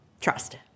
Trust